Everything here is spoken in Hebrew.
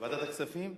ועדת הכספים.